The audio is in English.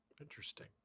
Interesting